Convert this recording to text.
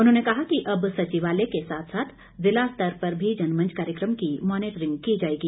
उन्होंने कहा कि अब सचिवालय के साथ साथ जिला स्तर पर भी जनमंच कार्यक्रम की मॉनिटरिंग की जाएगी